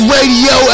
Radio